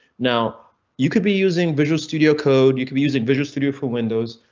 now you could be using visual studio code. you could be using visual studio for windows.